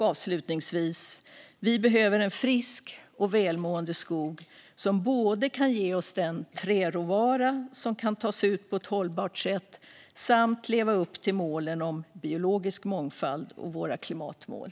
Avslutningsvis: Vi behöver en frisk och välmående skog som kan både ge oss träråvara på ett hållbart sätt och leva upp till målen om biologisk mångfald och till våra klimatmål.